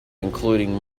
including